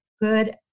good